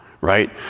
right